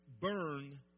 burn